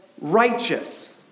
righteous